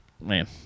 man –